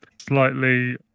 slightly